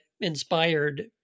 inspired